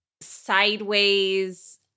sideways